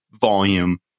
volume